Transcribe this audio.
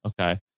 Okay